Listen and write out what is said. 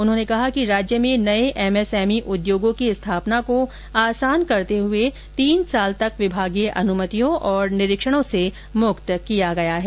उन्होंने कहा कि राज्य में नये एमएसएमई उद्योगों की स्थापना को आसान करते हुए तीन साल तक विभागीय अनुमतियों और निरीक्षणों से मुक्त किया गया है